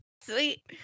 Sweet